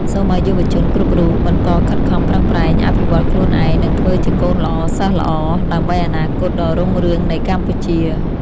សូមឱ្យយុវជនគ្រប់រូបបន្តខិតខំប្រឹងប្រែងអភិវឌ្ឍន៍ខ្លួនឯងនិងធ្វើជាកូនល្អសិស្សល្អដើម្បីអនាគតដ៏រុងរឿងនៃកម្ពុជា។